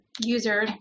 user